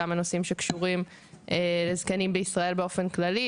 גם הנושאים שקשורים לזקנים בישראל באופן כללי,